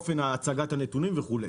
אופן הצגת הנתונים וכולי.